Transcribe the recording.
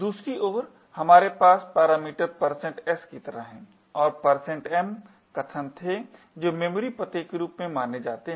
दूसरी ओर हमारे पास पैरामीटर s की तरह है और m कथन थे जो मेमोरी पते के रूप में माने जाते है